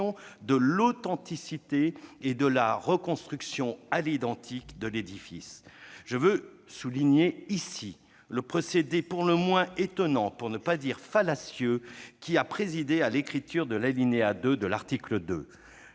de l'authenticité et de la reconstruction à l'identique de l'édifice. Je veux souligner ici le procédé pour le moins étonnant, pour ne pas dire fallacieux, qui a présidé à la réécriture de l'alinéa 2 de l'article 2.